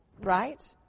right